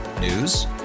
news